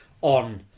on